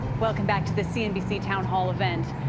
welcome back to the cnbc town hall event.